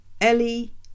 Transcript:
Ellie